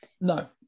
No